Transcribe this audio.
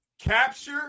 capture